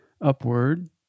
upward